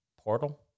Portal